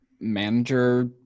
manager